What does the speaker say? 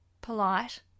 polite